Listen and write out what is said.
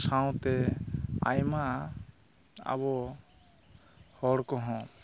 ᱥᱟᱶᱛᱮ ᱟᱭᱢᱟ ᱟᱵᱚ ᱦᱚᱲ ᱠᱚᱦᱚᱸ